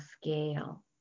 scale